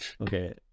Okay